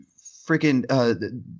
Freaking